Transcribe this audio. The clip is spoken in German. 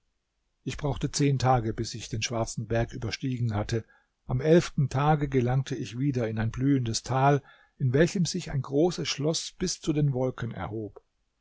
ich brauchte zehn tage bis ich den schwarzen berg überstiegen hatte am elften tage gelangte ich wieder in ein blühendes tal in welchem sich ein großes schloß bis zu den wolken erhob